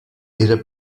era